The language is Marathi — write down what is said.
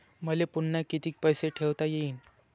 मले पुन्हा कितीक पैसे ठेवता येईन?